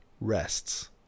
rests